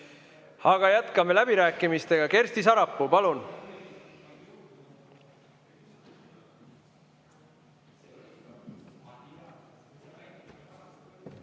Aga jätkame läbirääkimisi. Kersti Sarapuu, palun!